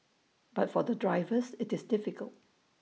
but for the drivers IT is difficult